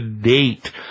date